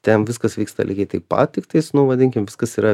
ten viskas vyksta lygiai taip pat tiktais nu vadinkim viskas yra